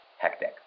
hectic